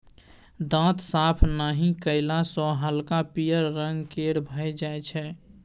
दांत साफ नहि कएला सँ हल्का पीयर रंग केर भए जाइ छै